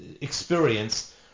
experience